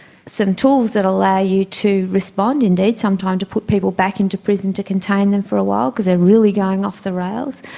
some tools that allow you to respond, indeed sometimes to put people back into prison to contain them for a while because they are really going off the rails.